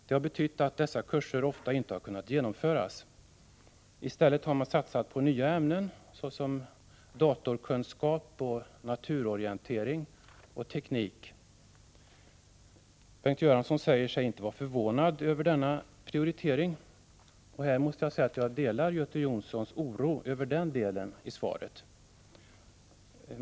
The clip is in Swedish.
Det har betytt att dessa kurser ofta inte har kunnat genomföras. I stället har man satsat på nya ämnen såsom datorkunskap, naturorientering och teknik. Bengt Göransson säger sig inte vara förvånad över denna prioritering. Jag måste säga att jag delar Göte Jonsson oro över den delen av svaret.